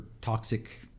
toxic